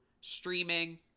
streaming